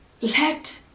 let